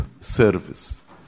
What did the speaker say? service